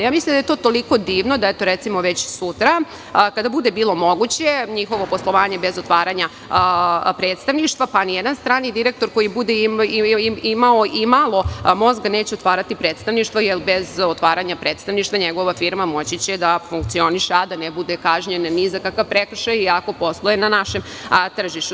Mislim da je to toliko divno, da već sutra kada bude bilo moguće njihovo poslovanje bez otvaranja predstavništva, nijedan strani direktor koji bude imao imalo mozga neće otvarati predstavništvo, jer bez otvaranja predstavništva će njegova firma moći da funkcioniše a da ne bude kažnjena ni za kakav prekršaj, iako posluje na našem tržištu.